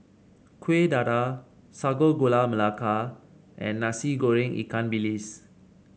Kueh Dadar Sago Gula Melaka and Nasi Goreng Ikan Bilis